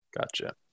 Gotcha